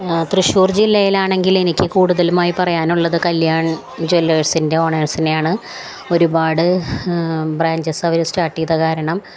തൃശ്ശൂർ ജില്ലയിലാണെങ്കിൽ എനിക്കു കൂടുതലുമായി പറയാനുള്ളത് കല്യാൺ ജ്വല്ലേഴ്സിൻ്റെ ഓണേഴ്സിനെയാണ് ഒരുപാട് ബ്രാഞ്ചസ് അവര് സ്റ്റാർട്ടെയ്തതു കാരണം